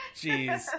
Jeez